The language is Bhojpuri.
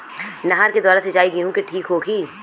नहर के द्वारा सिंचाई गेहूँ के ठीक होखि?